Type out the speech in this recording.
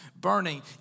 burning